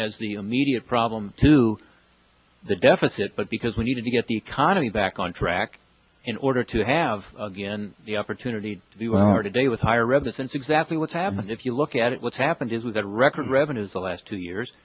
as the immediate problem to the deficit but because we needed to get the economy back on track in order to have the opportunity to do well are today with higher represents exactly what's happened if you look at what's happened is that record revenues the last two years